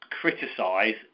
criticise